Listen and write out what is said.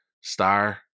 star